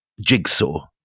jigsaw